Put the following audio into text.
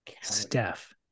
Steph